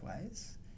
ways